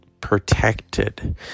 protected